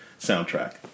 soundtrack